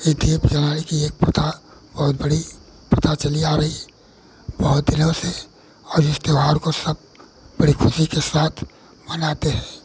यह दीप जलाए की एक प्रथा बहुत बड़ी प्रथा चली आ रही है बहुत दिनों से और इस त्यौहार को सब बड़े ख़ुशी के साथ मनाते हैं